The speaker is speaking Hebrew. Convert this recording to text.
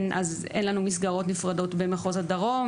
אז אין להם מסגרות נפרדות במחוז הדרום